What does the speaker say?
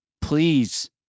Please